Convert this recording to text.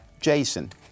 Jason